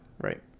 Right